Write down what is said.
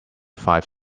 five